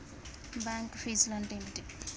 Bank ఫీజ్లు అంటే ఏమిటి?